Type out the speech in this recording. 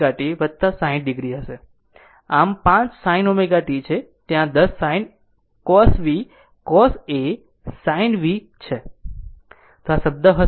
આમ 5 sin ω t છે તે ત્યાં 10 sin sin a cos v cos a sin V છે તે આ શબ્દ હશે